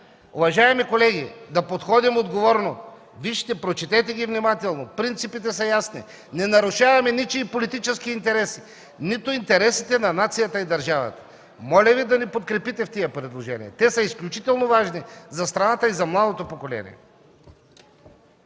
молбата ми е да подходим отговорно. Вижте, прочетете ги внимателно. Принципите са ясни. Не нарушаваме ничии политически интереси – нито интересите на нацията и държавата. Моля Ви да ни подкрепите в тези предложения, те са изключително важни за страната и за младото поколение.